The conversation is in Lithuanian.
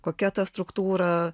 kokia ta struktūra